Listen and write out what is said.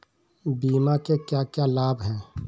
बीमा के क्या क्या लाभ हैं?